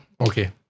okay